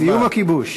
על סיום הכיבוש.